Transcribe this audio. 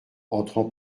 entrant